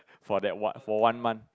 for that what for one month